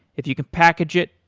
if you can package it,